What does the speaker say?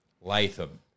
Latham